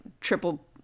triple